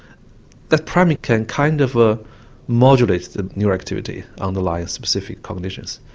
that priming can kind of ah modulate the neural activity underlying specific cognitions.